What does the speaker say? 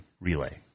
relay